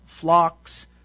flocks